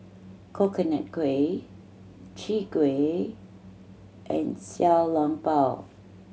Coconut Kuih Chwee Kueh and Xiao Long Bao